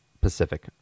Pacific